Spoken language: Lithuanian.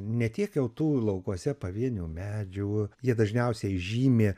ne tiek jau tų laukuose pavienių medžių jie dažniausiai žymi